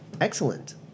Excellent